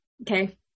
Okay